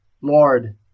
Lord